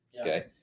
Okay